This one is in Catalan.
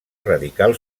radical